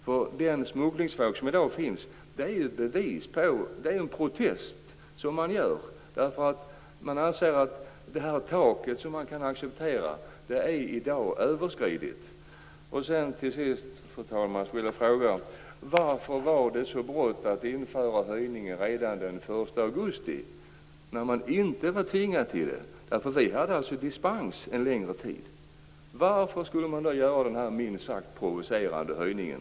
Den smugglingsvåg som finns i dag är en protest som man gör därför att man anser att det tak som man kan acceptera nu har överskridits. Till sist, fru talman, vill jag fråga: Varför var det så brått att införa höjningen redan den 1 augusti, när man inte var tvingad till det? Vi hade dispens en längre tid. Varför skulle man göra den här minst sagt provocerande höjningen?